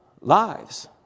lives